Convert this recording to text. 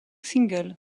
singles